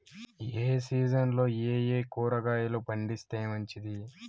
ఏ సీజన్లలో ఏయే కూరగాయలు పండిస్తే మంచిది